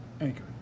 Anchor